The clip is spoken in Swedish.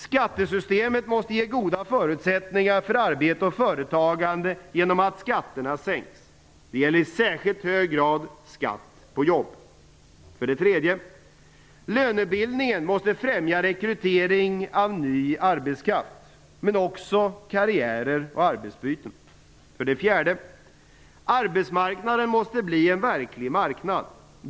Skattesystemet måste ge goda förutsättningar för arbete och företagande genom att skatterna sänks. Det gäller i särskilt hög grad skatt på jobb. 3. Lönebildningen måste främja rekrytering av ny arbetskraft, men också karriär och arbetsbyten. 4. Arbetsmarknaden måste bli en verklig marknad.